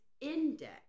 Index